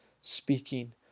speaking